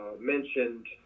mentioned